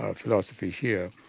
ah philosophy here,